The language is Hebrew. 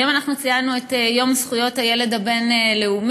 היום ציינו את יום זכויות הילד הבין-לאומי.